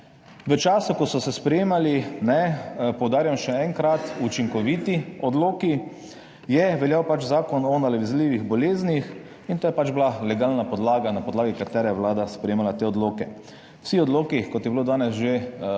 V času ko so se sprejemali, poudarjam še enkrat, učinkoviti odloki, je veljal Zakon o nalezljivih boleznih in to je bila legalna podlaga, na podlagi katere je Vlada sprejemala te odloke. Vsi odloki, kot je bilo danes že rečeno,